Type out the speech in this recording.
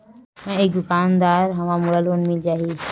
मै एक दुकानदार हवय मोला लोन मिल जाही?